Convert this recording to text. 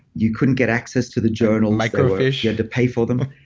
you couldn't get access to the journals microfiche? you had to pay for them.